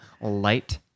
light